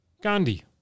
Gandhi